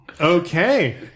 Okay